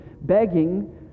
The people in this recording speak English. begging